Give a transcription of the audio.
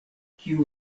kiu